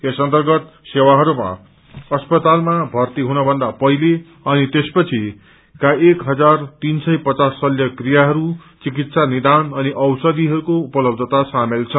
यस अर्न्तगत सेवाहरूमा अस्पतालमा भर्ती हुन भन्दा पहिले अनि त्यपछि का एक हजार तीन सय पचास शल्य क्रियाहरू चिकित्सा निदान अनि औषधिहरूको उपलब्धता सामेल छन्